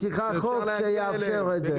אבל היא צריכה חוק שיאפשר את זה.